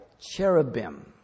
cherubim